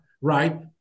right